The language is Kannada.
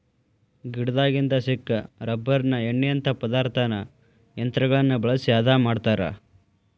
ಗಿಡದಾಗಿಂದ ಸಿಕ್ಕ ರಬ್ಬರಿನ ಎಣ್ಣಿಯಂತಾ ಪದಾರ್ಥಾನ ಯಂತ್ರಗಳನ್ನ ಬಳಸಿ ಹದಾ ಮಾಡತಾರ